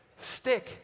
Stick